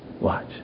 watch